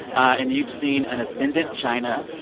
and you've seen an ascendant china.